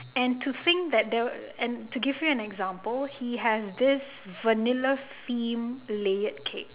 and to think that there and to give you an example he has this vanilla theme layered cake